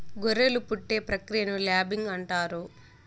గొర్రెలు పుట్టే ప్రక్రియను ల్యాంబింగ్ అంటారు